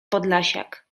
podlasiak